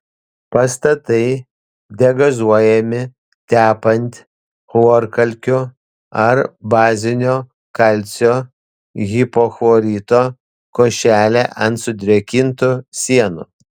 pastatai degazuojami tepant chlorkalkių ar bazinio kalcio hipochlorito košelę ant sudrėkintų sienų